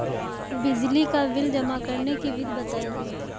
बिजली का बिल जमा करने की विधि बताइए?